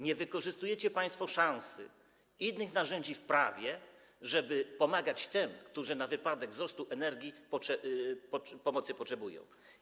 Nie wykorzystujecie państwo szansy, innych narzędzi w prawie, żeby pomagać tym, którzy w razie wzrostu cen energii pomocy potrzebują.